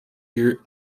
year